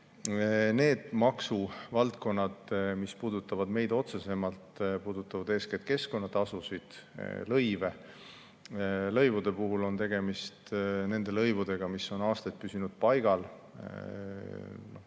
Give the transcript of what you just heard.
Need maksuvaldkonnad, mis puudutavad meid otsesemalt, puudutavad eeskätt keskkonnatasusid ja lõive. Lõivude puhul on tegemist nendega, mis on aastaid paigal